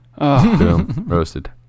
Roasted